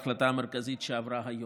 ההחלטה המרכזית שעברה היום.